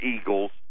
Eagles